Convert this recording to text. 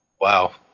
Wow